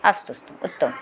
अस्तुस्तु उत्तमम्